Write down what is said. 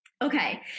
Okay